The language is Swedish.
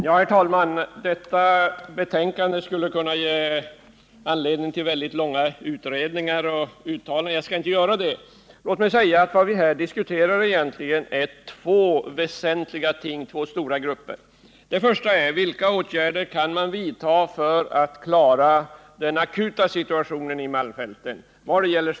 Herr talman! Det betänkande vi nu behandlar skulle kunna ge anledning till långa utläggningar och många uttalanden. Jag skall inte göra några sådana. Vad vi här diskuterar är två stora frågor. Den första är: Vilka åtgärder kan man vidta för att klara den akuta sysselsättningssituationen i Malmfälten?